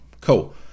Cool